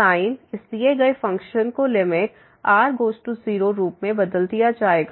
sin इस दिए गए फ़ंक्शन को लिमिट r→ 0रूप में बदल दिया जाएगा